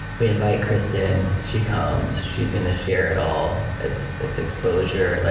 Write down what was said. we invite kristin, she comes, she's gonna share it all, it's it's exposure. like